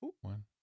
One